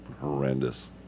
horrendous